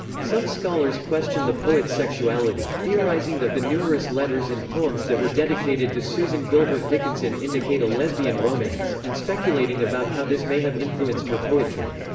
some scholars question the poet's sexuality, theorizing that the numerous letters and poems that were dedicated to susan gilbert dickinson indicate a lesbian romance, and speculating about how this may have influenced her poetry.